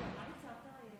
חבר הכנסת טור פז,